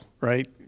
Right